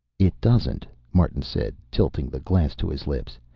it doesn't, martin said, tilting the glass to his lips.